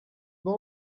ban